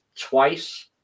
twice